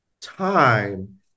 time